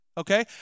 Okay